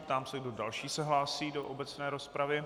Ptám se, kdo další se hlásí do obecné rozpravy.